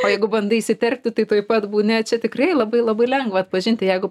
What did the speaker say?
o jeigu bandai įsiterpti tai tuoj pat būni čia tikrai labai labai lengva atpažinti jeigu